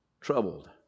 troubled